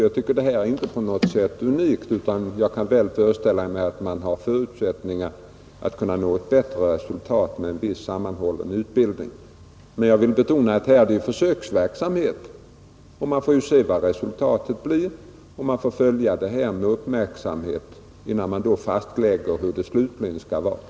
Jag tycker inte att detta är på något vis unikt, utan jag kan väl föreställa mig att det finns förutsättningar att nå ett bättre resultat med en viss sammanhållen utbildning. Men jag vill betona att det är fråga om en försöksverksamhet, och vi får se vad resultatet blir. Man får följa verksamheten med uppmärksamhet, innan den slutliga utformningen fastlägges.